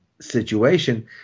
situation